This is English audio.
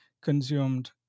consumed